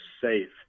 safe